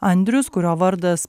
andrius kurio vardas